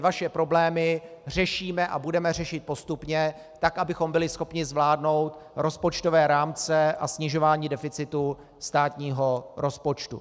Vaše problémy řešíme a budeme řešit postupně tak, abychom byli schopni zvládnout rozpočtové rámce a snižování deficitu státního rozpočtu.